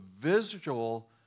visual